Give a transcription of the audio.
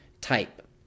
type